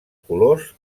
colors